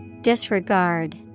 Disregard